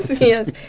yes